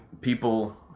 people